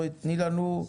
שרן.